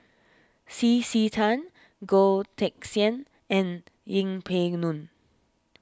C C Tan Goh Teck Sian and Yeng Pway Ngon